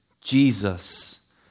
Jesus